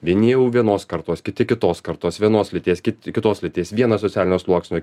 vieni jau vienos kartos kiti kitos kartos vienos lyties kiti kitos lyties vieno socialinio sluoksnio